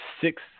six